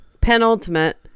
Penultimate